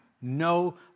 no